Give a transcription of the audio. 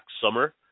summer